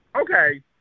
Okay